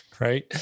right